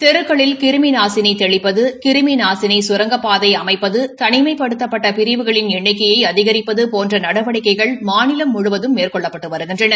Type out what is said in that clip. தெருக்களில் கிருமி நாசினி தெளிப்பது கிருமி நாசினி கரங்கப்பாதை அமைப்பது தனிமைப்படுத்தப்பட்ட பிரிவுகளின் எண்ணிக்கையை அதிகரிப்பது போன்ற நடவடிக்கைகள் மாநிலம் முழுவதும் மேற்கொள்ளப்பட்டு வருகின்றன